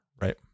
Right